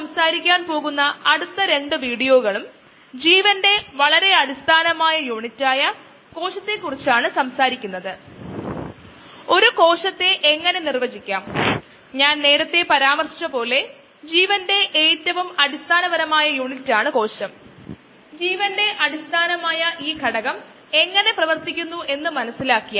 അല്ലെങ്കിൽ തുടർച്ചയായ ഫീഡിങ്ങും തുടർച്ചയായ നീക്കംചെയ്യലും അല്ലെങ്കിൽ രണ്ടും നമുക്ക് അറിയാം ഒരേസമയം തുടർച്ചയായ ഇൻ അതുപോലെ തുടർച്ചയായ ഔട്ട് അല്ലാത്ത ഏത് കോമ്പിനേഷനെയും ഫെഡ് ബാച്ച് എന്ന് വിളിക്കുന്നു